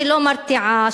שלא מרתיעה,